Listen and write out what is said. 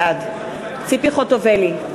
בעד ציפי חוטובלי,